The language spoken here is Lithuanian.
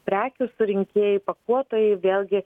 prekių surinkėjai pakuotojai vėlgi